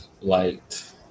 light